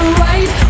right